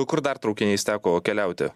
kur dar traukiniais teko keliauti